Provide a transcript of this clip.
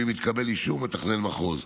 ואם התקבל אישור מתכנן מחוז.